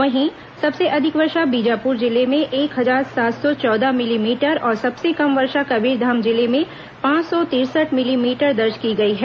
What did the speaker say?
वहीं सबसे अधिक वर्षा बीजापुर जिले में एक हजार सात सौ चौदह मिलीमीटर और सबसे कम वर्षा कबीरधाम जिले में पांच सौ तिरसठ मिलमीटर दर्ज की गई है